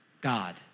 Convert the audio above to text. God